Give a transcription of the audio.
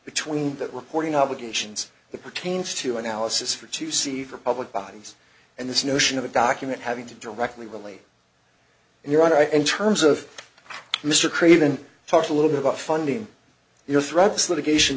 between that recording obligations that pertains to analysis for to see for public bodies and this notion of a document having to directly relate and your honor in terms of mr craven talk a little bit about funding your threats litigation